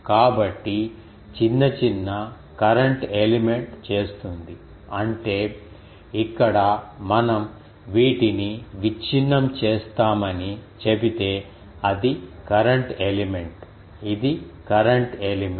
కాబట్టి చిన్న చిన్న కరెంట్ ఎలిమెంట్ చేస్తుంది అంటే ఇక్కడ మనం వీటిని విచ్ఛిన్నం చేస్తామని చెబితే ఇది కరెంట్ ఎలిమెంట్ ఇది కరెంట్ ఎలిమెంట్